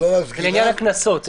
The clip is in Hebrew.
זה לעניין הקנסות.